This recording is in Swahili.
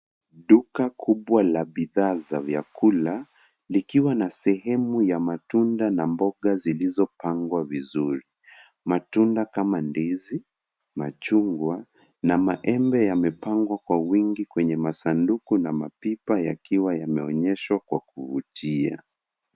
Duka kubwa la bidhaa za vyakula likiwa na sehemu ya matunda na mboga zilizopangwa vizuri. Matunda kama vile ndizi, machungwa na maembe yamepangwa kwa wingi kwenye masanduku na mapipa yakiwa yameonyeshwa kwa kuvutia.